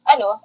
Ano